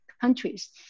countries